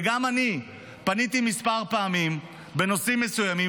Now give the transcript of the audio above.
וגם אני פניתי כמה פעמים בנושאים מסוימים,